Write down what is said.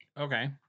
okay